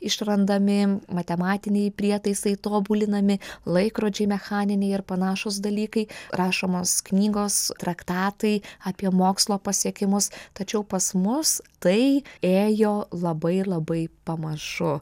išrandami matematiniai prietaisai tobulinami laikrodžiai mechaniniai ar panašūs dalykai rašomos knygos traktatai apie mokslo pasiekimus tačiau pas mus tai ėjo labai labai pamažu